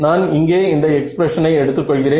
நான் இங்கே இந்த எக்ஸ்பிரஷனை எடுத்து கொள்கிறேன்